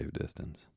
distance